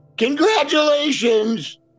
Congratulations